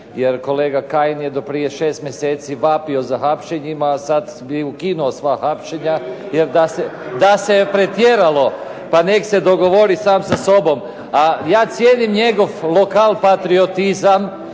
jer kolega Kajin je do prije 6 mjeseci vapio za hapšenjima, a sada bi ukinuo sva hapšenja, jer da se je pretjeralo. Pa neka se dogovori sam sa sobom. A ja cijenim njegov lokal patriotizam